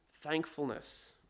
thankfulness